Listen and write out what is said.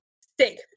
stick